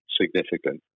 significant